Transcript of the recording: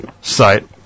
site